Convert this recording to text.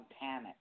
panic